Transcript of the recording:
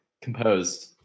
Composed